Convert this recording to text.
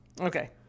okay